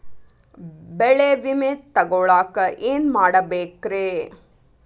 ಬೆಳೆ ವಿಮೆ ತಗೊಳಾಕ ಏನ್ ಮಾಡಬೇಕ್ರೇ?